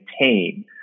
maintain